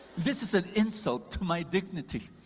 this is an insult to my dignity.